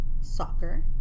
Soccer